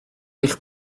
eich